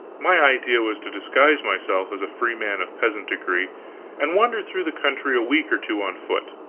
my idea was to disguise myself as a freeman of peasant degree and wander through the country a week or two on foot.